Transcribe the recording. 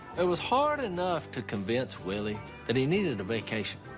it was hard enough to convince willie that he needed a vacation.